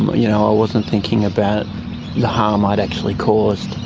you know i wasn't thinking about the harm i'd actually caused